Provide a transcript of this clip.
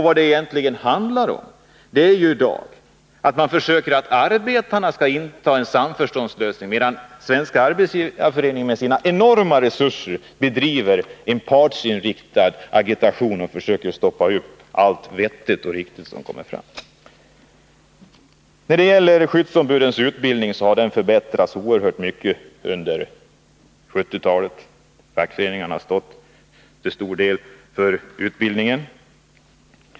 Vad det egentligen handlar om är att man försöker få arbetarna att inta en samförståndsattityd, medan Svenska arbetsgivareföreningen med sina enorma resurser bedriver en partsinriktad agitation och stoppar allt vettigt och riktigt som föreslås. Skyddsombudens utbildning har förbättrats oerhört under 1970-talet. Fackföreningarna har till stor del stått för den utbildningen.